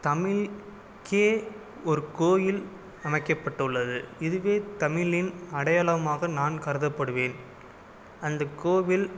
தமிழுக்கே ஒரு கோயில் அமைக்கப்பட்டுள்ளது இதுவே தமிழின் அடையாளமாக நான் கருதப்படுவேன் அந்த கோவில்